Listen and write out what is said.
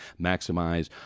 maximize